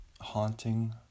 Haunting